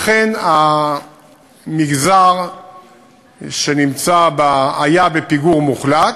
אכן המגזר שהיה בפיגור מוחלט,